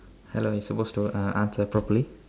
hello you supposed to uh answer properly